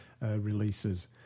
releases